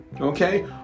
Okay